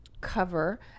cover